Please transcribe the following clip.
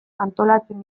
antolatzen